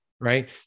right